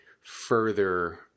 further